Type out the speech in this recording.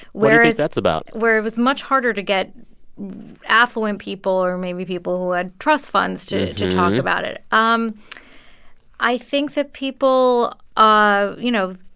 that's about. where it was much harder to get affluent people or maybe people who had trust funds to to talk about it. um i think that people, ah you know,